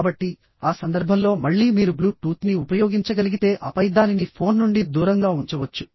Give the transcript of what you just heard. కాబట్టి ఆ సందర్భంలో మళ్ళీ మీరు బ్లూ టూత్ ని ఉపయోగించగలిగితే ఆపై దానిని ఫోన్ నుండి దూరంగా ఉంచవచ్చు